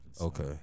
okay